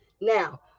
Now